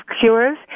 Cures